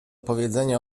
powiedzenia